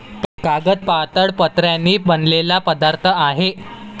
कागद पातळ पत्र्यांनी बनलेला पदार्थ आहे